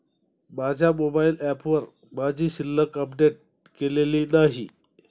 माझ्या मोबाइल ऍपवर माझी शिल्लक अपडेट केलेली नाही